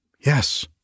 Yes